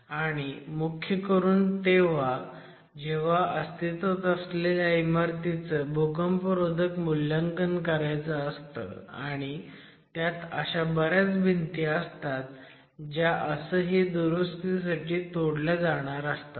आणि मुख्य करून तेव्हा जेव्हा अस्तित्वात असलेल्या इमारतीचं भूकंपरोधक मूल्यांकन करायचं असतं आणि त्यात अशा बऱ्याच भिंती असतात ज्या असंही दुरुस्तीसाठी तोडल्या जाणार असतात